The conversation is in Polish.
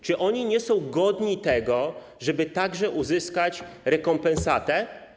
Czy oni nie są godni tego, żeby także uzyskać rekompensatę?